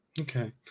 Okay